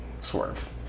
swerve